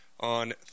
on